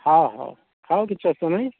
ହଁ ହେଉ ହେଉ କିଛି ଅସୁବିଧା ନାହିଁ